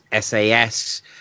SAS